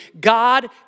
God